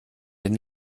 den